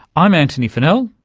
i'm antony funnell,